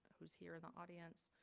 who's here in the audience.